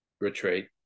retreat